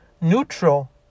neutral